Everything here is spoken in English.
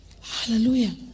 Hallelujah